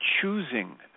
choosing